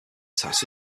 tasked